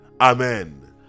amen